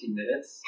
minutes